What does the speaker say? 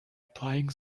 applying